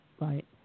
right